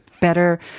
better